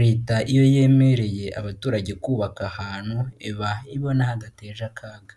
Leta iyo yemereye abaturage kubaka ahantu iba ibona hadateje akaga.